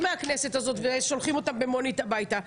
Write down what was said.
מהכנסת ושולחים אותם במונית הביתה.